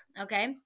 Okay